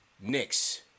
Knicks